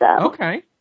Okay